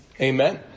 Amen